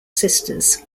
sisters